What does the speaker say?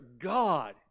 God